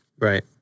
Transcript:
Right